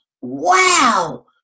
wow